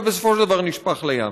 ובסופו של דבר נשפך לים.